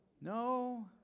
No